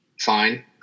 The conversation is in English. Fine